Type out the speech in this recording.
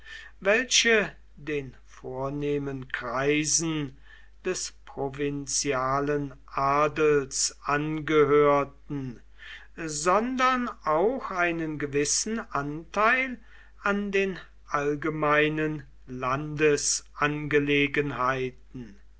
welche den vornehmen kreisen des provinzialen adels angehörten sondern auch einen gewissen anteil an den allgemeinen